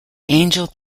angel